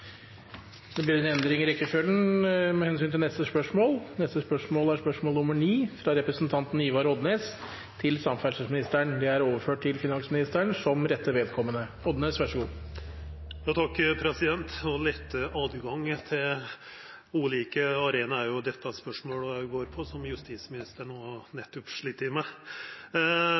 det. Da går vi til spørsmål 9. Dette spørsmålet, fra representanten Ivar Odnes til samferdselsministeren, er overført til finansministeren som rette vedkommende. Å letta tilgangen til ulike arenaer går også dette spørsmålet på, som justisministeren også slit med.